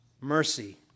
mercy